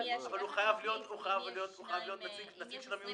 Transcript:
אבל הוא חייב להיות נציג של המיעוטים.